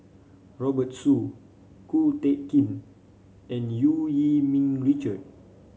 Robert Soon Ko Teck Kin and Eu Yee Ming Richard